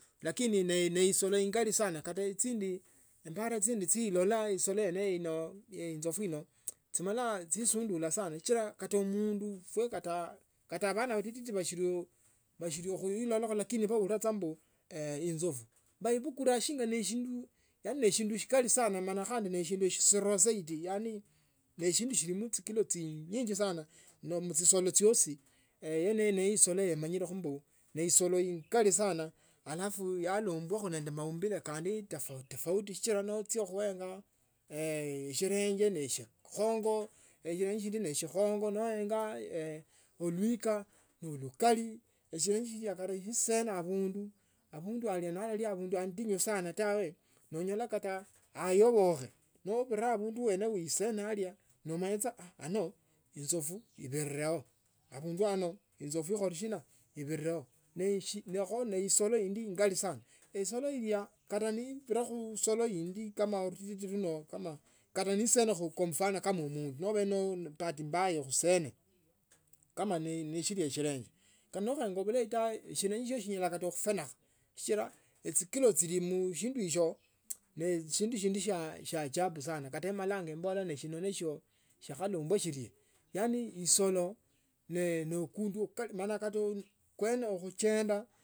Lakini neisolo ingali sana kata chindi embara chindi chilola esolo yene ino inzafu ino chimala chisundula sana sichila kata mundu tsie kata abana batiti bashili khuilalacho lakini baulila mbu inzafu baebukura shinga shindu yaani neshindu shikali sana mala neshindu shisiro zaidi yaani neshindu shiline chikilo chinyingi sana muchisdo chiosi yene yino ne esolo yomanyile kho mbu neisolo ingali sana alafu yaumbwa khandi ne maumbile kandi tofautitofauti sichila noochia khuenga shirenge ne eshikhongo shilingi shindi neshikhongo noenga ulwika ne olu kali shilenge shisie neshishera abundu abundu ao na aliri abundu atinyu sana tawe noonyole kata ayobokhe nobira abundu bwene ye esiene alio nomanya sa ano inzafu ibirerao abundu ano inzofu ikholeshina ibirereo kho neisolo inchi ingali sana isolo iyo kata nebira khuisolo indi kama urutitu vuno kama nesenekha kama umundu bahati mbaya ikhusene kama neshili shilenge kata noenge bulayi shilenge shinyala kata khufunikha sichila echikilo chili mshindu isyo neshindu shindi shya ajabu sana kata emala embula shindu ishyo shikhalumbwa shienena. Yaani isolo nookundu okukali mala kwene khuchenda.